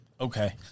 Okay